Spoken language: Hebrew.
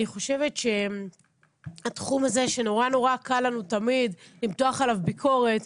אני חושבת שהתחום הזה שנורא קל לנו תמיד למתוח עליו ביקורת,